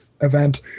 event